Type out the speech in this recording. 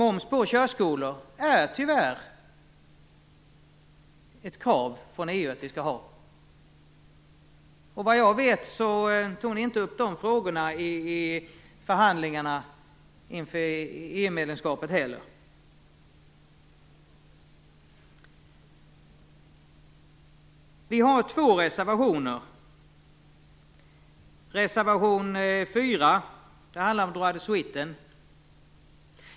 Det är tyvärr ett krav från EU att vi skall ha moms på körskolor, och såvitt jag vet tog ni inte heller upp de frågorna i förhandlingarna inför EU Vi har två reservationer. Reservation 4 handlar om droit de suite.